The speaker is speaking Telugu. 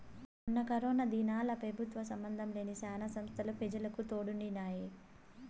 మొన్న కరోనా దినాల్ల పెబుత్వ సంబందం లేని శానా సంస్తలు పెజలకు తోడుండినాయి